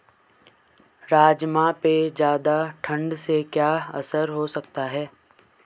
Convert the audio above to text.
राजमा पे ज़्यादा ठण्ड से क्या असर हो सकता है?